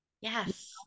Yes